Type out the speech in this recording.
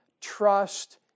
trust